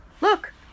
Look